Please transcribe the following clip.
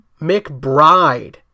McBride